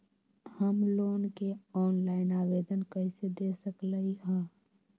हम लोन के ऑनलाइन आवेदन कईसे दे सकलई ह?